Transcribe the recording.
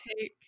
take